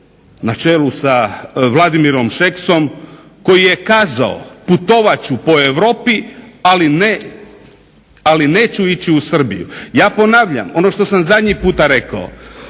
na čelu sa Vladimirom Šeksom koja je kazao putovat ću po Europi, ali neću ići u Srbiju. Ja ponavljam ono što sam zadnji puta rekao,